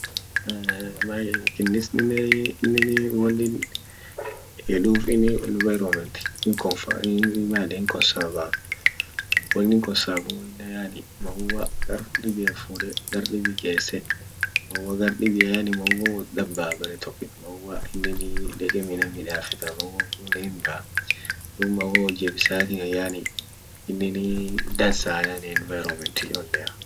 Qinisinen ininii wonin yeduf inin environment hin konsavaa wonin konsavuf yani Maua gar dibia fuude gar dibi gesse maua gar dibia yani maua wot dabba bere tokiit maua ininii deqe minan midafeta maua kunen hin baa duub maua wotjebisati yani ininii dansa yani environment cholea.